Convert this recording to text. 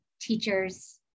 teachers